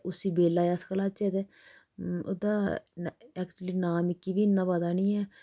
ते उसी बेलै गी अस खलाचै ते ओह्दा ऐक्चली नांऽ मिगी इन्ना पता नी ऐ